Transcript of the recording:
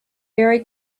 very